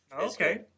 Okay